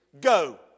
Go